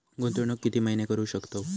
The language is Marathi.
गुंतवणूक किती महिने करू शकतव?